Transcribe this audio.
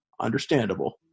understandable